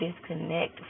disconnect